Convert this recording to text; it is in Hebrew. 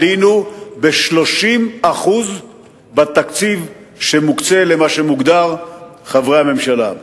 עלינו ב-30% בתקציב שמוקצה למה שמוגדר חברי הממשלה?